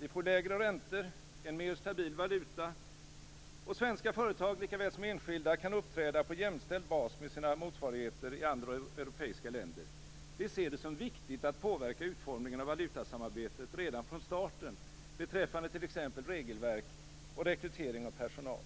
Vi får lägre räntor, en mer stabil valuta, och svenska företag lika väl som enskilda kan uppträda på jämställd bas med sina motsvarigheter i andra europeiska länder. Vi ser det som viktigt att påverka utformningen av valutasamarbetet redan från starten beträffande t.ex. regelverk och rekrytering av personal.